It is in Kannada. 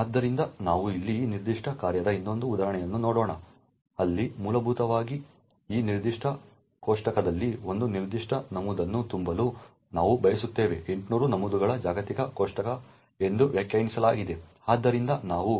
ಆದ್ದರಿಂದ ನಾವು ಇಲ್ಲಿ ಈ ನಿರ್ದಿಷ್ಟ ಕಾರ್ಯದ ಇನ್ನೊಂದು ಉದಾಹರಣೆಯನ್ನು ನೋಡೋಣ ಅಲ್ಲಿ ಮೂಲಭೂತವಾಗಿ ಈ ನಿರ್ದಿಷ್ಟ ಕೋಷ್ಟಕದಲ್ಲಿ ಒಂದು ನಿರ್ದಿಷ್ಟ ನಮೂದನ್ನು ತುಂಬಲು ನಾವು ಬಯಸುತ್ತೇವೆ 800 ನಮೂದುಗಳ ಜಾಗತಿಕ ಕೋಷ್ಟಕ ಎಂದು ವ್ಯಾಖ್ಯಾನಿಸಲಾಗಿದೆ ಆದ್ದರಿಂದ ನಾವು